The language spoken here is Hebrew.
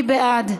מי בעד?